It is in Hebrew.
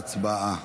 הצבעה.